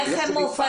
איך הן מופצות?